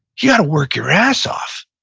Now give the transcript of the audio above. you got to work your ass off.